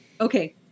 Okay